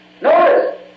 Notice